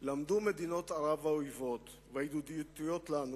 למדו מדינות ערב האויבות והידידותיות לנו